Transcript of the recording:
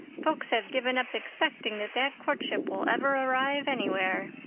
folks have given up expecting that that courtship will ever arrive anywhere.